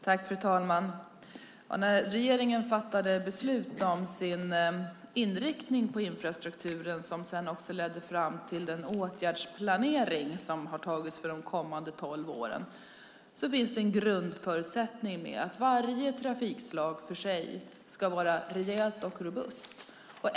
Fru talman! När regeringen fattade beslut om sin inriktning på infrastrukturområdet, som sedan också ledde fram till den åtgärdsplanering som har tagits för de kommande tolv åren, fanns det en grundförutsättning med. Varje trafikslag för sig ska vara rejält och robust.